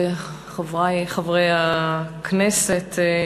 חברי חברי הכנסת,